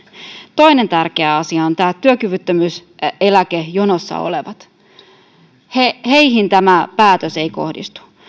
toinen tärkeä asia ovat nämä työkyvyttömyyseläkejonossa olevat heihin tämä päätös ei kohdistu